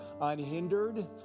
unhindered